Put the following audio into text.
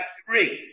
three